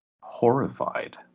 horrified